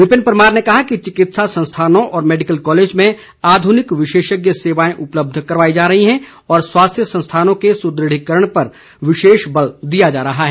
विपिन परमार ने कहा कि चिकित्सा संस्थानों और मैडिकल कॉलेज में आध्निक विशेषज्ञ सेवाएं उपलब्ध करवाई जा रही है और स्वास्थ्य संस्थानों के सुदृढ़ीकरण पर विशेष बल दिया जा रहा है